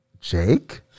Jake